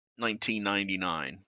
1999